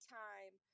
time